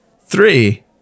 Three